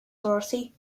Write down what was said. dorothy